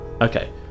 okay